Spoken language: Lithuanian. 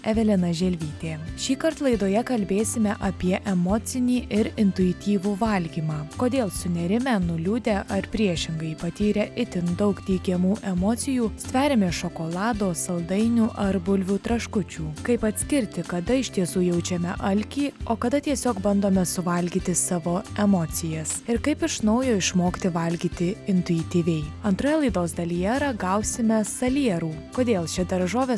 evelina želvytė šįkart laidoje kalbėsime apie emocinį ir intuityvų valgymą kodėl sunerimę nuliūdę ar priešingai patyrę itin daug teigiamų emocijų stveriame šokolado saldainių ar bulvių traškučių kaip atskirti kada iš tiesų jaučiame alkį o kada tiesiog bandome suvalgyti savo emocijas ir kaip iš naujo išmokti valgyti intuityviai antroje laidos dalyje ragausime salierų kodėl ši daržovė